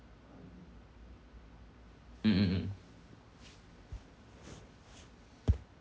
mm mm mm